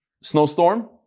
snowstorm